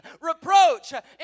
reproach